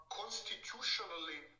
constitutionally